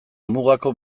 mugako